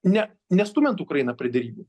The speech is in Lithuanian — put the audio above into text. ne nestumiant ukrainą prie derybų